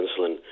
insulin